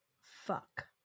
fuck